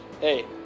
Hey